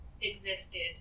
existed